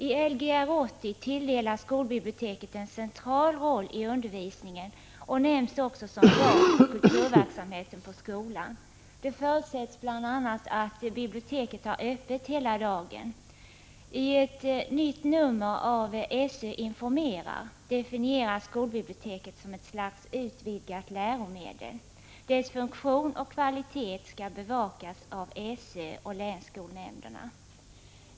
I Lgr 80 tilldelas skolbiblioteket en central roll i undervisningen och nämns också som bas för kulturverksamheten på skolan. Det förutsätts bl.a. att biblioteket har öppet hela dagen. I ett nytt nummer av ”SÖ informerar” definieras skolbiblioteket som ett slags utvidgat läromedel. Dess funktion och kvalitet skall bevakas av SÖ och länsskolnämnderna.